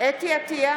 אתי עטייה,